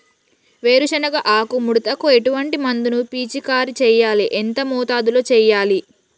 వేరుశెనగ ఆకు ముడతకు ఎటువంటి మందును పిచికారీ చెయ్యాలి? ఎంత మోతాదులో చెయ్యాలి?